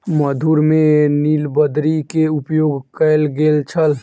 मधुर में नीलबदरी के उपयोग कयल गेल छल